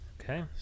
Okay